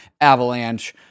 Avalanche